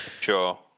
Sure